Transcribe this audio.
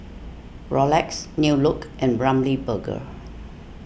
Rolex New Look and Ramly Burger